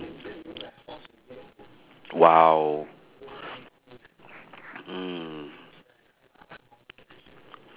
!wow! mm